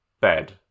Bed